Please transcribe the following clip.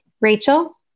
Rachel